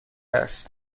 است